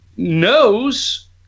knows